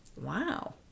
wow